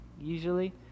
Usually